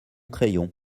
crayon